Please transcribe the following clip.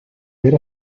ver